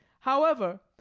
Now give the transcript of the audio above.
however,